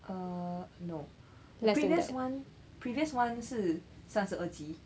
err no previous [one] previous [one] 是三十二级